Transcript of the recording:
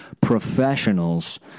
professionals